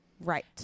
Right